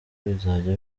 bizajya